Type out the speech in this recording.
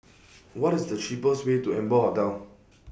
What IS The cheapest Way to Amber Hotel